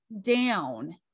down